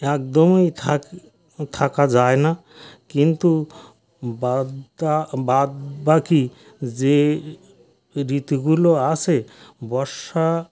একদমই থাকি থাকা যায় না কিন্তু বাদদা বাদবাকি যে ঋতুগুলো আছে বর্ষা